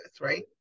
Right